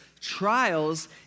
trials